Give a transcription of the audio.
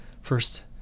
first